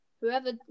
whoever